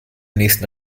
nächsten